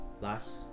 last